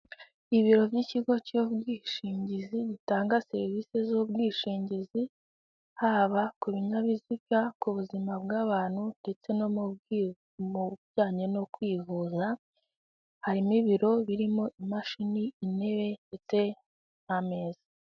Ibiro by'ikigo cy'ubwishingizi gitanga serivise z'ubwishingizi haba ku binyabiziga, ku buzima bw'abantu ndetse no mu bijyanye no kwivuza harimo ibiro birimo imashini intebe ndetse n'ameza.